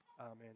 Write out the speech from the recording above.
amen